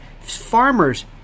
farmers